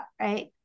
right